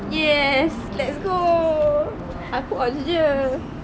yes let's go aku ons je